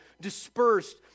dispersed